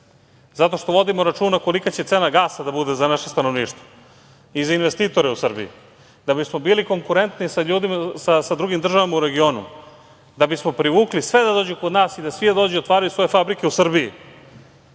Zato što vodimo računa kolika će cena gasa da bude za naše stanovništvo i za investitore u Srbiji. Da bismo bili konkurentni sa drugim državama u regionu, da bismo privukli sve da dođu kod nas i da svi dođu i otvaraju svoje fabrike u Srbiji.